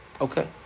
Okay